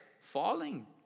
falling